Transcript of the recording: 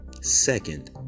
second